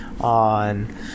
on